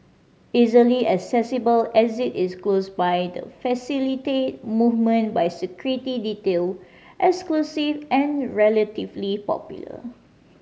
easily accessible exit is close by to facilitate movement by security detail exclusive and relatively popular